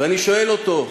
ואני שואל אותו,